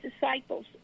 disciples